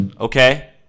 okay